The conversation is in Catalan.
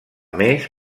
més